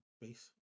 Base